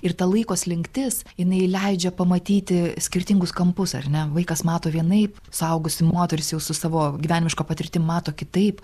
ir ta laiko slinktis jinai leidžia pamatyti skirtingus kampus ar ne vaikas mato vienaip suaugusi moteris jau su savo gyvenimiška patirtim mato kitaip